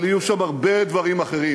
אבל יהיו שם הרבה דברים אחרים,